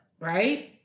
Right